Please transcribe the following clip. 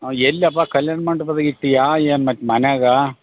ಆಂ ಎಲ್ಲಪ್ಪ ಕಲ್ಯಾಣ ಮಂಟಪ್ದಾಗೆ ಇಟ್ಟೀಯಾ ಏನು ಮತ್ತೆ ಮನೇಗಾ